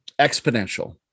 exponential